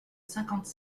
cinquante